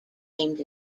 named